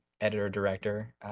Editor-director